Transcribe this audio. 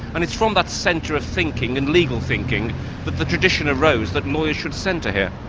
and it's from that centre of thinking and legal thinking but the tradition arose that lawyers should centre here.